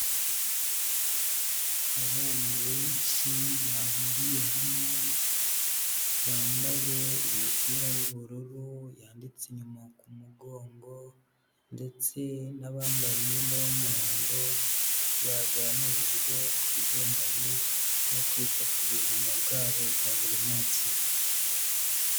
Abana benshi bahuriye hamwe bambaye imipira y'ubururu yanditse inyuma ku mugongo, ndetse n'abambaye imyenda y'umuhondo, baganirijwe ku bigendanye no kwita ku buzima bwabo bwa buri munsi.